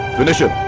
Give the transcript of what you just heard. finish him!